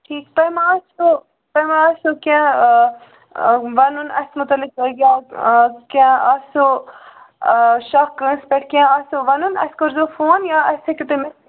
ٹھیٖک تۄہہِ ما آسٮ۪و تۄہہِ ما آسٮ۪و کیٚنٛہہ وَنُن اَتھ مُتعلِق یا کیٚنٛہہ آسٮ۪و شک کٲنٛسہِ پٮ۪ٹھ کیٚنٛہہ آسٮ۪و وَنُن اَسہِ کٔرۍزیٚو فون یا اَسہِ ہیٚکِو تُہۍ میسیج